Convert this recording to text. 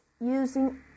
using